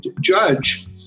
judge